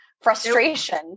frustration